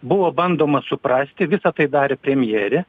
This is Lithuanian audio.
buvo bandoma suprasti visa tai darė premjerė